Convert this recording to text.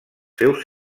seus